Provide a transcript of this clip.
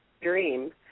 dream